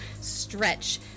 stretch